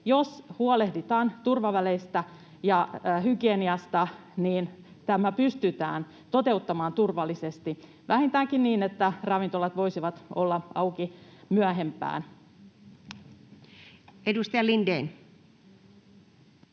Jos huolehditaan turvaväleistä ja hygieniasta, niin tämä pystytään toteuttamaan turvallisesti vähintäänkin niin, että ravintolat voisivat olla auki myöhempään. [Speech 9]